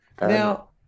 Now